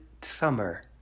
summer